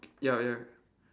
ya ya